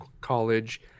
college